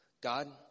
God